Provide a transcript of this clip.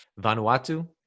Vanuatu